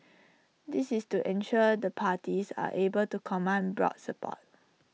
this is to ensure the parties are able to command broad support